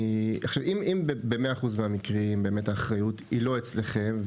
אם ב-100% מהמקרים האחריות היא באמת לא אצלכם,